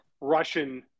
Russian